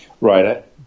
Right